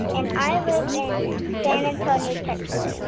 and i live in san antonio, texas.